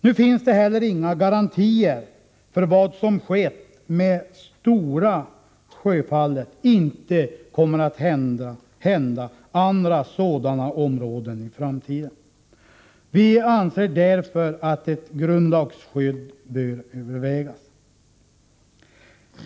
Nu finns det inga garantier för att vad som skett med Stora Sjöfallet inte kommer att hända andra sådana områden i framtiden. Vi anser därför att ett grundlagsskydd bör övervägas.